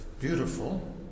beautiful